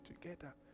together